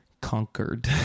conquered